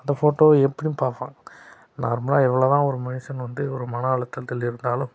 அந்த ஃபோட்டோ எப்படியும் பார்ப்பான் நார்மலாக எவ்வளோ தான் ஒரு மனுஷன் வந்து மன அழுத்தத்தில் இருந்தாலும்